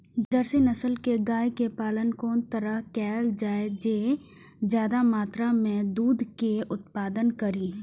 Jersey नस्ल के गाय के पालन कोन तरह कायल जाय जे ज्यादा मात्रा में दूध के उत्पादन करी?